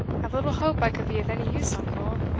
have little hope i could be of any use, uncle,